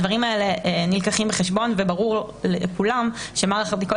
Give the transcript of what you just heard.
הדברים האלה נלקחים בחשבון וברור לכולם שמערך הבדיקות